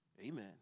Amen